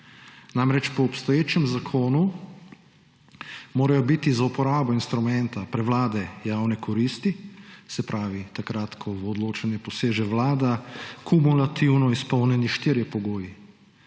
Namreč, po obstoječem zakonu morajo biti za uporabo instrumenta prevlade javne koristi, se pravi takrat, ko v odločanje poseže vlada, kumulativno izpolnjeni štirje pogoji,